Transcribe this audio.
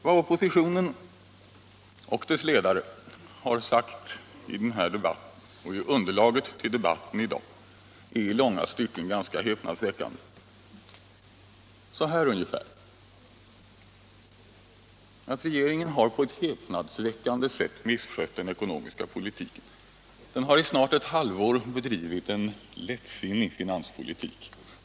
Vad oppositionen och dess ledare har sagt i den här debatten och i underlaget till debatten i dag är i långa stycken ganska märkligt, ungefär så här: Regeringen har på ett häpnadsväckande sätt misskött den ekonomiska politiken. Den har i snart ett halvår bedrivit en lättsinnig finanspolitik.